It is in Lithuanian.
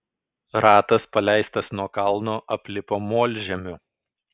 ratas paleistas nuo kalno aplipo molžemiu